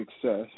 success